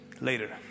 later